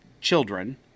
children